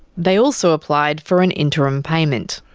they also applied for an interim payment.